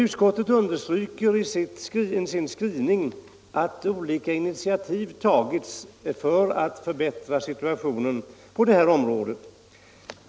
Utskottet understryker dock i sin skrivning att olika initiativ tagits för att förbättra situationen på detta område.